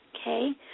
Okay